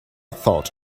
thought